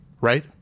right